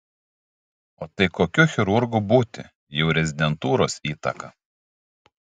o tai kokiu chirurgu būti jau rezidentūros įtaka